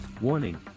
Warning